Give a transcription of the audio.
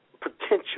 potential